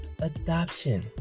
adoption